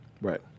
right